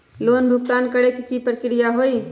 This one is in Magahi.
लोन भुगतान करे के की की प्रक्रिया होई?